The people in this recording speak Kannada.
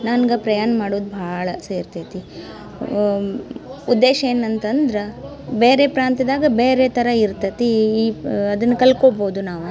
ನನ್ಗೆ ಪ್ರಯಾಣ ಮಾಡೋದು ಭಾಳ ಸೇರ್ತೈತಿ ಉದ್ದೇಶ ಏನು ಅಂತ ಅಂದರೆ ಬೇರೆ ಪ್ರಾಂತ್ಯದಾಗ ಬೇರೆ ಥರ ಇರ್ತತೀ ಈ ಅದನ್ನು ಕಲ್ತ್ಕೊಬೋದು ನಾವು